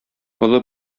олы